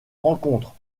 rencontre